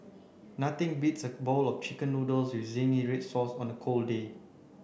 nothing beats a bowl of chicken noodles with zingy red sauce on a cold day